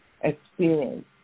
experience